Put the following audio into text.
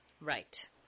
Right